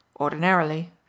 Ordinarily